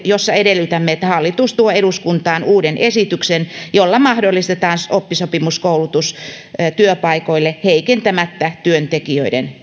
jossa edellytämme että hallitus tuo eduskuntaan uuden esityksen jolla mahdollistetaan oppisopimuskoulutus työpaikoille heikentämättä työntekijöiden